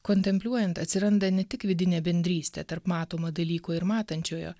kontempliuojant atsiranda ne tik vidinė bendrystė tarp matomo dalyko ir matančiojo